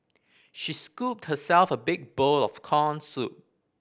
she scooped herself a big bowl of corn soup